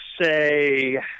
say